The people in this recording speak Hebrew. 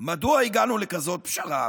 מדוע הגענו לכזאת פשרה,